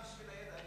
סתם בשביל הידע,